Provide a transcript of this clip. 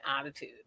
attitude